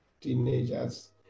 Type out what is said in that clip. teenagers